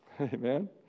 Amen